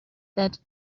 that